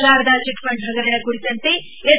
Sharada chit fund ಹಗರಣ ಕುರಿತಂತೆ S